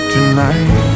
Tonight